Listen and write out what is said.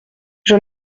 j’en